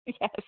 yes